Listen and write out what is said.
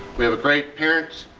we have a great parents,